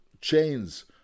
chains